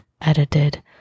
Edited